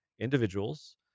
individuals